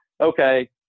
Okay